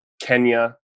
Kenya